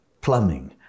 plumbing